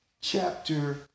chapter